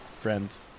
friends